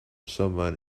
someone